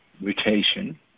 mutation